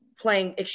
playing